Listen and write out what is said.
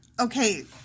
Okay